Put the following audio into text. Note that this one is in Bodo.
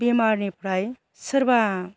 बेमारनिफ्राय सोरबा